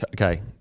okay